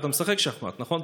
אתה משחק שחמט, נכון?